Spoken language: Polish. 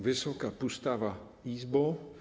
Wysoka Pustawa Izbo!